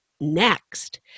next